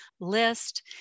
list